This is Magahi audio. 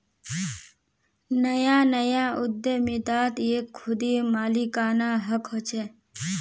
नया नया उद्दमितात एक खुदी मालिकाना हक़ होचे